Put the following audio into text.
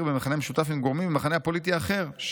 במכנה משותף עם גורמים במחנה הפוליטי האחר,